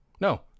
No